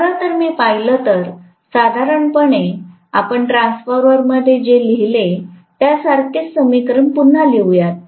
खरंतर मी पाहिलं तर साधारणपणे आपण ट्रान्सफॉर्मरमध्ये जे लिहिले त्यासारखेच समीकरण पुन्हा लिहुयात